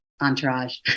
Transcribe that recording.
entourage